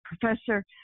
professor